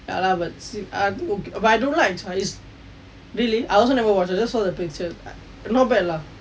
ya lah but still I think okay but I don't like charlie's really I also never watch I just saw the picture not bad lah